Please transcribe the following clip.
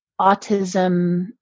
autism